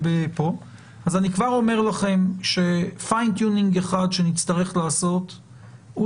אני כבר אומר לכם שפיין טיונינג אחד שנצטרך לעשות הוא